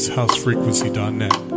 HouseFrequency.net